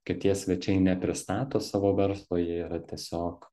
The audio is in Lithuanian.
kad tie svečiai nepristato savo verslo jie yra tiesiog